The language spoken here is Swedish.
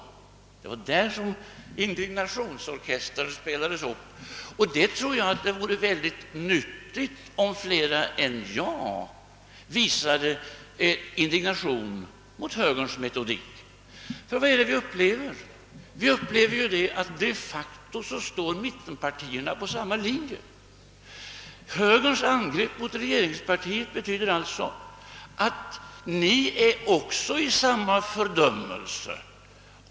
Det var i det sammanhanget som indignationsorkestern spelade upp, och jag tror att det vore mycket nyttigt om flera än jag visade indignation mot högerns metodik; Vad är det vi upplever? Det är att mittenpartierna de facto står på samma linje som vi. Högerns angrepp mot regeringspartiet betyder alltså att ni är i samma fördömelse.